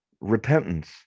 repentance